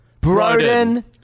Broden